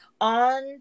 on